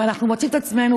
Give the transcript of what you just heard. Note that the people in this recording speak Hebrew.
ואנחנו מוצאים את עצמנו,